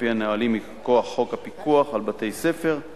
על-פי הנהלים מכוחו של חוק הפיקוח על בתי-הספר,